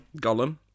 Gollum